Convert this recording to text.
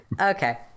Okay